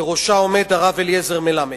בראשה עומד הרב אליעזר מלמד.